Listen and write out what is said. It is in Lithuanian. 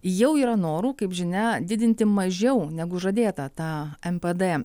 jau yra norų kaip žinia didinti mažiau negu žadėta tą mpd